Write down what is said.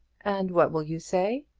and what will you say?